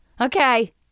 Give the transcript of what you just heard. okay